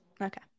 Okay